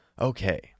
Okay